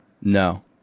No